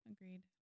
agreed